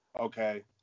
okay